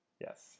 Yes